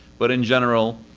but in general,